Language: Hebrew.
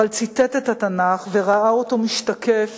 אבל ציטט את התנ"ך וראה אותו משתקף